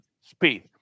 Speed